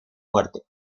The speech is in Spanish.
muerte